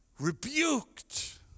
rebuked